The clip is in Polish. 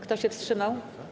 Kto się wstrzymał?